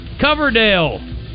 Coverdale